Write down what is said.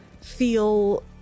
feel